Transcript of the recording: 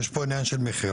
יש פה עניין של מכירה,